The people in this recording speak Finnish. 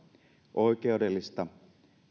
oikeudellista